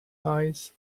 eyes